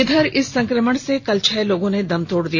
इधर इस संकमण से कल छह लोगों ने दम तोड़ दिया